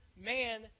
man